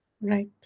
Right